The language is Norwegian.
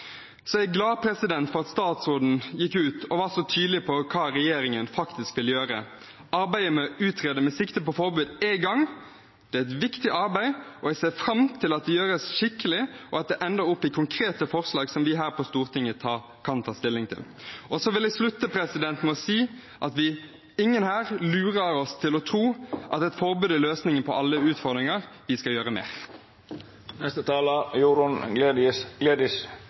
så tydelig på hva regjeringen faktisk vil gjøre. Arbeidet med å utrede med sikte på forbud er i gang. Det er et viktig arbeid. Jeg ser fram til at det gjøres skikkelig, og at det ender opp i konkrete forslag som vi her på Stortinget kan ta stilling til. Så vil jeg avslutte med å si at ingen her lurer oss selv til å tro at et forbud er løsningen på alle utfordringer. Vi skal gjøre